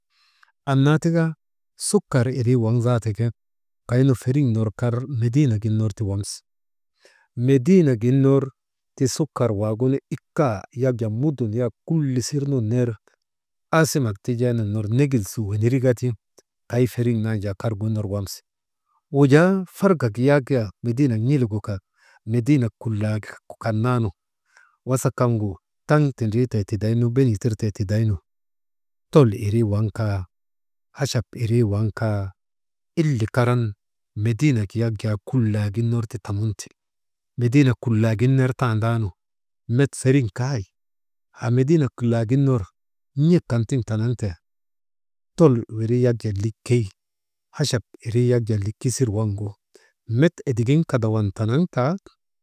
Anna tika sukar irii waŋ zaata ke kaynu feriŋ ner kar mediinegin ti warki, mediinek gin ner ti sukar ikka yak jaa mudun yak kulisir nun ner aasimak tijee nun ner negil su wenerika, kay feriŋ nan jaa kar gun ner wamsi, wujaa fargak yak mediinek n̰ilik guk an mediinek kulla guk an naanu, wasa kaŋgu taŋ tindritee tidaynu beni tirtee tidaynu, tol irii waŋ kaa, hachap irii waŋ kaa ili karan mediinek yak jaa kulak gin ner ti tamun te, mediinek kulak gin ner tandaanu met feriŋ kay haa mediinek kulak gin ner n̰ek kan tiŋ tanaŋtee nu, tol irii yak jaa likey hachap irii yak jaa likesir waŋgu, met edigin kadawan tanaŋtaa.